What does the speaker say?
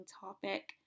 topic